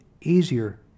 easier